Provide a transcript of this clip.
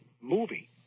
movie